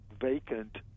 vacant